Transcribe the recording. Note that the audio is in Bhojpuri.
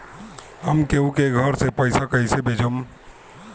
हम केहु के घर से पैसा कैइसे भेजम?